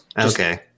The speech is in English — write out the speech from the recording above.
Okay